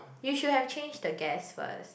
you should have changed the gas first